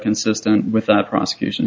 consistent with the prosecution